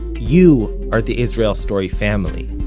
you are the israel story family.